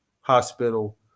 hospital